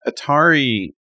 Atari